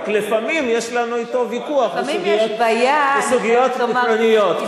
רק לפעמים יש לנו אתו ויכוח בסוגיות עקרוניות,